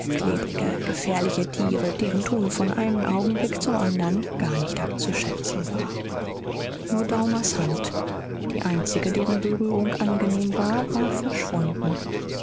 klebrige gefährliche tiere deren tun von einem augenblick zum andern gar nicht abzuschätzen war nur daumers hand die einzige deren berührung angenehm war war verschwunden